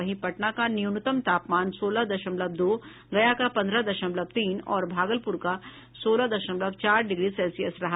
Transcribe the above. वहीं पटना का न्यूनतम तापमान सोलह दशमलव दो गया का पंद्रह दशमलव तीन और भागलपुर का सोलह दशमलव चार डिग्री सेल्सियस रहा